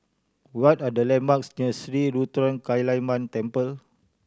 what are the landmarks near Sri Ruthra Kaliamman Temple